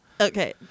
Okay